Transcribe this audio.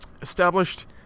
established